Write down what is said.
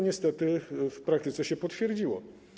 Niestety w praktyce się to potwierdziło.